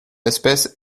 espèce